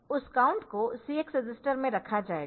तो उस काउंट को CX रजिस्टर में रखा गया है